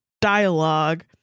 dialogue